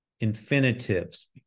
infinitives